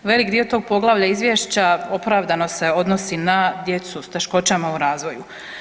Velik dio tog poglavlja izvješća opravdano se odnosi na djecu s teškoćama u razvoju.